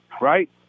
right